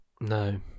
No